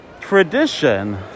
tradition